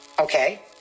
Okay